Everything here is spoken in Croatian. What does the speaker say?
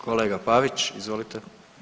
Kolega Pavić, izvolite.